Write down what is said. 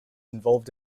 involved